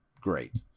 Great